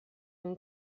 ont